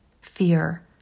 fear